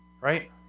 Right